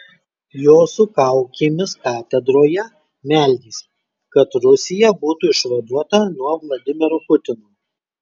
jos su kaukėmis katedroje meldėsi kad rusija būtų išvaduota nuo vladimiro putino